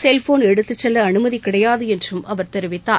cellphone எடுத்துச் செல்ல அனுமதி கிடையாது என்றும் அவர் தெரிவித்தார்